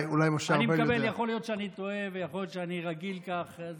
יכול להיות שאני טועה, ויכול להיות שאני רגיל כך.